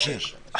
אני חושש.